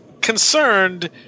concerned